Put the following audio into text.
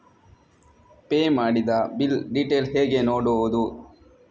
Pay ಮಾಡಿದ bill detail ಹೇಗೆ ನೋಡುವುದು?